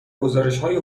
گزارشهای